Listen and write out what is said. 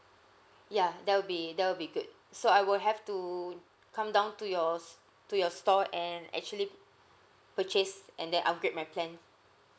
ya that will be that will be good so I will have to come down to your s~ to your store and actually purchase and then upgrade my plan